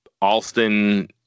Alston